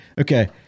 Okay